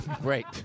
Great